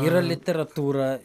yra literatūra